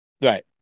Right